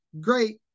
great